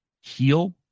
heal